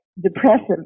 depressive